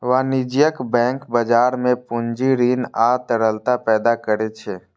वाणिज्यिक बैंक बाजार मे पूंजी, ऋण आ तरलता पैदा करै छै